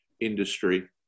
industry